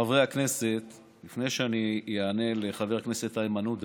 חברי הכנסת, לפני שאני אענה לחבר הכנסת איימן עודה